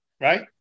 right